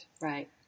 right